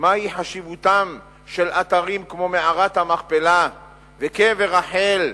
מהי חשיבותם של אתרים כמו מערת המכפלה וקבר רחל,